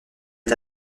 est